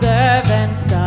Servants